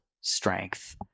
strength